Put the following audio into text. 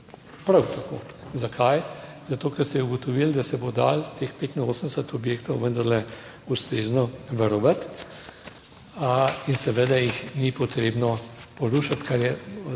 prav tako. Zakaj? Zato, ker se je ugotovilo, da se bo dalo teh 85 objektov vendarle ustrezno varovati. In seveda jih ni potrebno porušiti, kar je